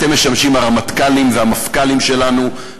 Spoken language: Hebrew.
אתם משמשים הרמטכ"לים והמפכ"לים שלנו,